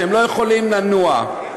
והם לא יכולים לנוע.